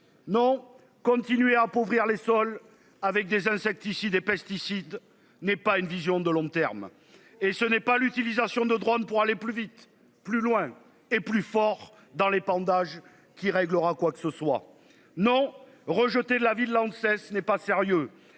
non continuer à appauvrir les sols avec des insecticides et pesticides n'est pas une vision de long terme et ce n'est pas l'utilisation de drônes pour aller plus vite, plus loin et plus fort dans l'épandage qui réglera quoi que ce soit. Non, rejeté la ville Lanxess n'est pas sérieux.